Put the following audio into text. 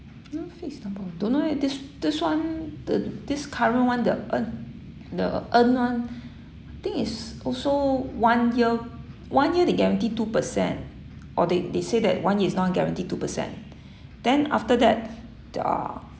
no fixed number of don't know eh this this one the this current one the earn the earned one I think it's also one year one year they guarantee two percent or they they say that one year is non guarantee two percent then after that th~ uh